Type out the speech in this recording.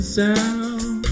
sound